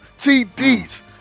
TDs